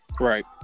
right